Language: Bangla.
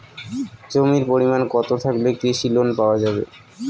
জমির পরিমাণ কতো থাকলে কৃষি লোন পাওয়া যাবে?